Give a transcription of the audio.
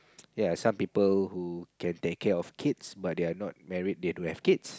yea some people who can take care of kids but they are not married they don't have kids